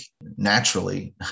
naturally